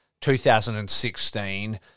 2016